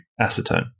acetone